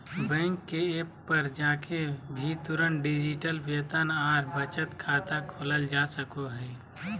bank के app पर जाके भी तुरंत डिजिटल वेतन आर बचत खाता खोलल जा सको हय